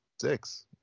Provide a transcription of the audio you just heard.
six